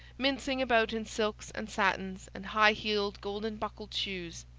mincing about in silks and satins and high-heeled, golden-buckled shoes.